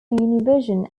univision